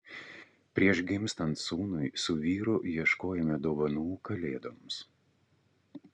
prieš gimstant sūnui su vyru ieškojome dovanų kalėdoms